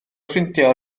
ffrindiau